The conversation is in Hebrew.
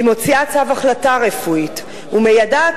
היא מוציאה צו החלטה רפואית ומיידעת